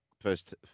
first